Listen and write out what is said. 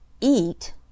Eat